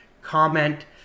comment